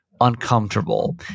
uncomfortable